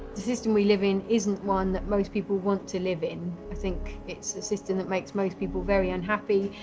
system we live in isn't one that most people want to live in. i think it's a system that makes most people very unhappy,